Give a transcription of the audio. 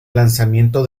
lanzamiento